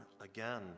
again